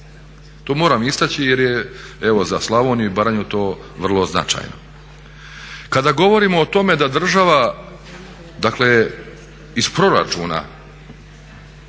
To moram istači jer je za Slavoniju i Baranju vrlo značajno. Kada govorimo o tome da država iz proračuna